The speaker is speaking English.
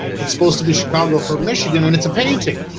it's supposed to be chicago for michigan and it's a painting.